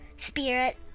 spirit